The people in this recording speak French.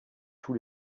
tous